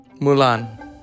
Mulan